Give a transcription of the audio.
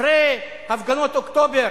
אחרי הפגנות אוקטובר